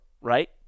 Right